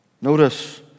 Notice